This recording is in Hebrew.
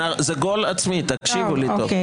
זה גול עצמי, תקשיבו לי טוב.